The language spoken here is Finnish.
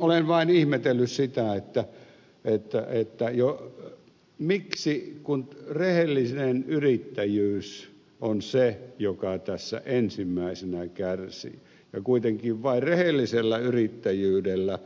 olen vain ihmetellyt sitä että kun rehellinen yrittäjyys on se joka tässä ensimmäisenä kärsii ja kuitenkin vain rehellisellä yrittäjyydellä